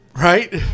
Right